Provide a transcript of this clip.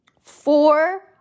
Four